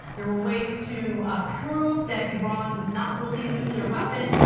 they were ways to prove that iran was not building a nuclear weapon.